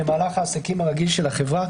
היא במהלך העסקים הרגיל של החברה,